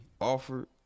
offered